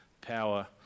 power